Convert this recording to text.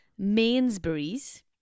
Mainsbury's